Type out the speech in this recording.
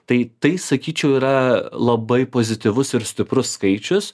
tai tai sakyčiau yra labai pozityvus ir stiprus skaičius